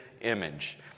image